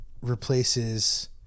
replaces